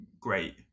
great